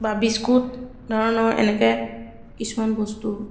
বা বিস্কুট ধৰণৰ এনেকৈ কিছুমান বস্তু